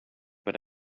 but